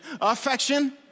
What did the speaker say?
affection